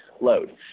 load